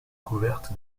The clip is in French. couvertes